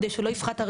כדי שהרכש לא יפחת.